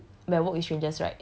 so it's like